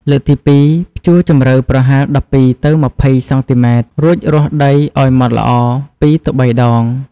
លើកទី២ ភ្ជួរជំរៅប្រហែល ១២ ទៅ ២០ សង់ទីម៉ែត្រ រួចរាស់ដីឲ្យម៉ត់ល្អ ២ ទៅ ៣ ដង។